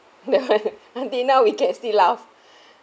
you know until now we can still laugh